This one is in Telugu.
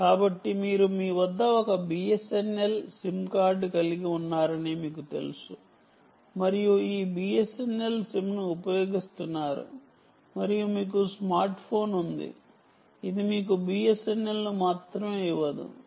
కాబట్టి మీరు మీ వద్ద ఒక బిఎస్ఎన్ఎల్ సిమ్ కార్డ్ కలిగి ఉన్నారని మీకు తెలుసు మరియు ఈ బిఎస్ఎన్ఎల్ సిమ్ ను ఉపయోగిస్తున్నారు మరియు మీకు స్మార్ట్ ఫోన్ ఉంది ఇది మీకు బిఎస్ఎన్ఎల్ ను మాత్రమే ఇవ్వదు